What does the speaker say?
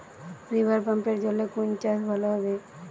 রিভারপাম্পের জলে কোন চাষ ভালো হবে?